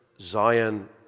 Zion